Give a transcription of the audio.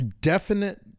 definite